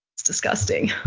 it's disgusting.